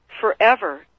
forever